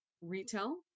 Retail